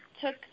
took